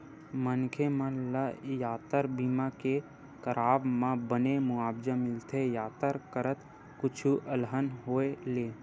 मनखे मन ल यातर बीमा के करवाब म बने मुवाजा मिलथे यातर करत कुछु अलहन होय ले